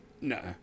no